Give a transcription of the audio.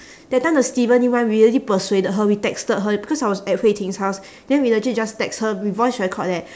that time the steven lim one we really persuaded her we texted her because I was at hui ting's house then we legit just text her we voice record leh